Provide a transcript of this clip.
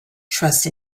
trust